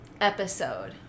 episode